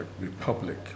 Republic